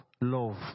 love